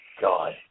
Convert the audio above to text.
God